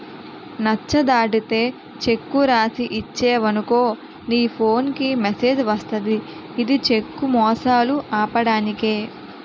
నచ్చ దాటితే చెక్కు రాసి ఇచ్చేవనుకో నీ ఫోన్ కి మెసేజ్ వస్తది ఇది చెక్కు మోసాలు ఆపడానికే